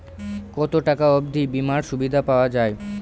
কত টাকা অবধি বিমার সুবিধা পাওয়া য়ায়?